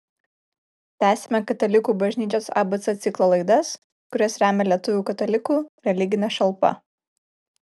tęsiame katalikų bažnyčios abc ciklo laidas kurias remia lietuvių katalikų religinė šalpa